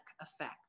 effect